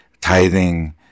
tithing